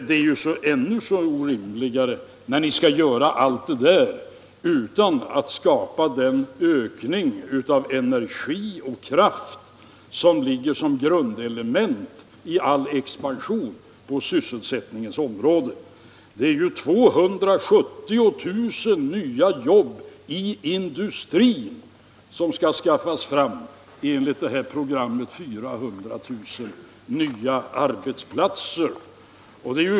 Det är ännu mycket orimligare när ni säger att ni skall göra allt det där utan att skapa den ökning av energi och kraft som ligger som grundelement i all expansion på sysselsättningens område. 270 000 nya jobb i industrin skall skaffas fram enligt programmet om 400 000 nya arbetsplatser.